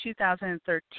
2013